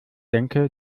denke